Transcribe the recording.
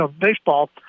baseball